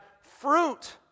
fruit